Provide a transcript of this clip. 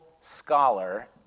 scholar